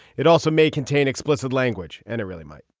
it also may contain explicit language and it really might